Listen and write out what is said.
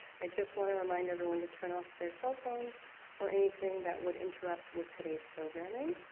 i just want to remind everyone to turn off their cell phones or anything that would interrupt with today's programming.